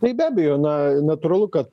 tai be abejo na natūralu kad